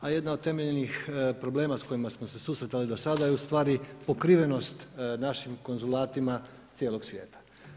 A jedna od temeljnih problema s kojima smo se susretali do sada je ustvari pokrivenost našim konzulatima cijelog svijeta.